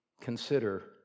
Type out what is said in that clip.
consider